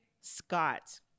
Scott